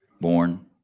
Born